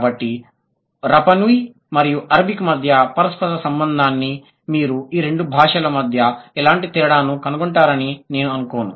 కాబట్టి Rapa Nui మరియు Arabic మధ్య పరస్పర సంబంధాన్ని మీరు ఈ రెండు భాషల మధ్య ఎలాంటి తేడాను కనుగొంటారని నేను అనుకోను